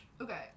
Okay